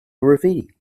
graffiti